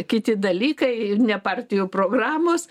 kiti dalykai ir ne partijų programos